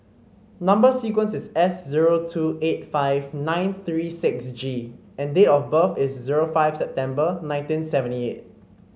number sequence is S zero two eight five nine three six G and date of birth is zero five September nineteen seventy eight